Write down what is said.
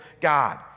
God